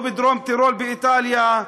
לא בדרום-טירול באיטליה.